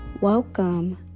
Welcome